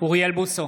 אוריאל בוסו,